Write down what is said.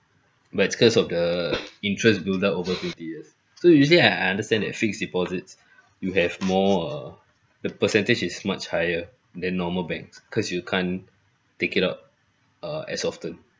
but it's cause of the interest build up over twenty years so usually I I understand that fixed deposits you have more err the percentage is much higher than normal banks cause you can't take it out err as often